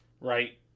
Right